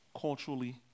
culturally